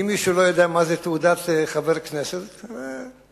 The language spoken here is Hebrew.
אם מישהו לא יודע מה זאת תעודת חבר כנסת, אני